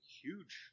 huge